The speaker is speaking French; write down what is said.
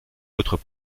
autres